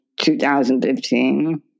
2015